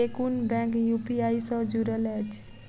केँ कुन bank UPI सँ जुड़ल अछि?